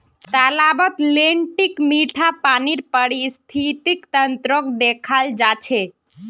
तालाबत लेन्टीक मीठा पानीर पारिस्थितिक तंत्रक देखाल जा छे